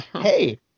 hey